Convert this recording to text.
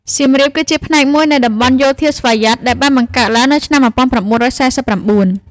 សៀមរាបគឺជាផ្នែកមួយនៃតំបន់យោធាស្វយ័ត ដែលបានបង្កើតឡើងនៅឆ្នាំ១៩៤៩។